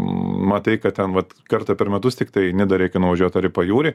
matai kad ten vat kartą per metus tiktai į nidą reikia nuvažiuot ar į pajūrį